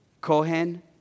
Kohen